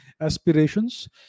aspirations